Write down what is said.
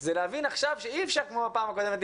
זה להבין עכשיו שאי אפשר כמו בפעם הקודמת,